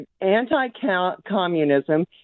Anti-communism